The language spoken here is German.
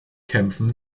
kämpfen